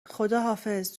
خداحافظ